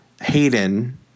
Hayden